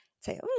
say